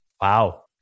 Wow